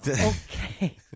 Okay